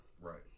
Right